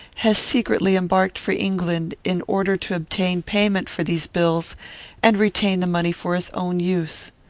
has secretly embarked for england, in order to obtain payment for these bills and retain the money for his own use.